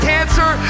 Cancer